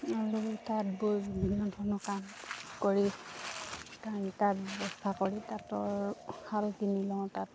আৰু তাঁত বৈ বিভিন্ন ধৰণৰ কাম কৰি তাত আমি তাঁত ব্যৱস্থা কৰি তাঁতৰ শাল কিনি লওঁ তাঁত